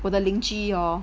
我的邻居 hor